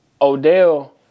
Odell